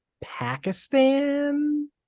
Pakistan